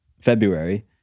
February